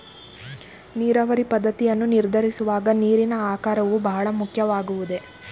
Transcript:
ನೀರಾವರಿ ಪದ್ದತಿಯನ್ನು ನಿರ್ಧರಿಸುವಾಗ ನೀರಿನ ಆಕಾರವು ಬಹಳ ಮುಖ್ಯವಾಗುವುದೇ?